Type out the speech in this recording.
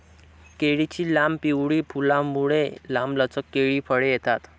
केळीच्या लांब, पिवळी फुलांमुळे, लांबलचक केळी फळे येतात